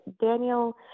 Daniel